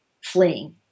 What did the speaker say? fleeing